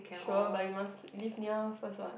sure but you must live near first what